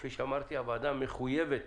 כפי שאמרתי, הוועדה מחויבת